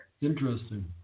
Interesting